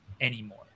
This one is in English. anymore